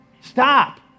Stop